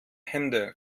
hände